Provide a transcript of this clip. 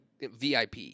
VIP